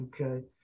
Okay